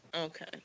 okay